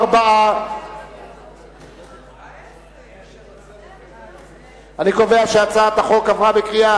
4. אני קובע שהצעת החוק עברה בקריאה